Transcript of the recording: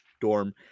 dorm